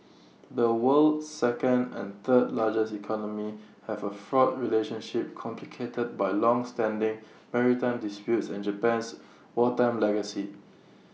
the world's second and third largest economies have A fraught relationship complicated by longstanding maritime disputes and Japan's wartime legacy